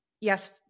yes